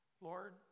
Lord